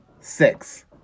six